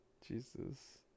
Jesus